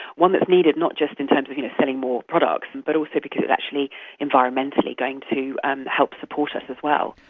one that is needed not just in terms of you know selling more products and but like kind of actually environmentally going to help support us as well.